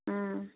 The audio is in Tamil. ம்